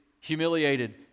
humiliated